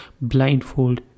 blindfold